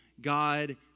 God